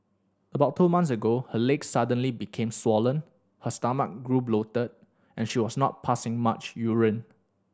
about two months ago her legs suddenly became swollen her stomach grew bloated and she was not passing much urine